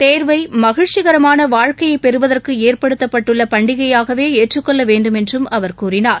தேர்வைமகிழ்ச்சிகரமானவாழ்க்கையைப் பெறுவதற்குஏற்படுத்தப்பட்டுள்ளபண்டிகையாகவேஏற்றுக்கொள்ளவேண்டும் என்றம் அவர் கூறினார்